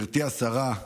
גברתי השרה,